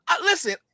Listen